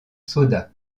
soda